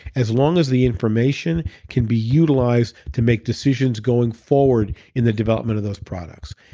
as long as the information can be utilized to make decisions going forward in the development of those products.